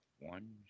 one